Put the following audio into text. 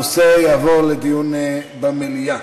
הנושא יועבר לדיון במליאה.